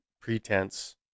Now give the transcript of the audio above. pretense